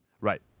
Right